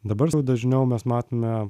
dabar jau dažniau mes matome